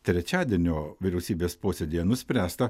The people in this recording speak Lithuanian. trečiadienio vyriausybės posėdyje nuspręsta